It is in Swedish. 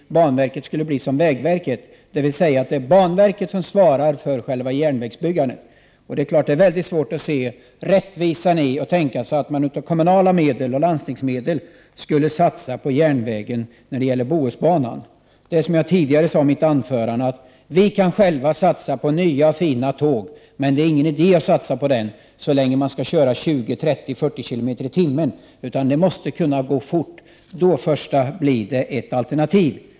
Banverket skulle bli som vägverket, dvs. banverket skulle svara för järnvägsbyggandet. Det är naturligtvis mycket svårt att tänka sig och se rättvisan i att man av kommunala medel och landstingsmedel skulle satsa på järnvägen när det gäller Bohusbanan. Det är så som jag sade i mitt tidigare anförande, att vi kan satsa på nya fina tåg men att det inte är någon idé att satsa på sådana så länge man måste köra med en hastighet av 10, 20, 30, 40 km/tim. Tågen måste kunna gå fort. Först då blir de ett alternativ.